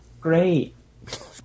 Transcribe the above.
great